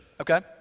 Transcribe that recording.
okay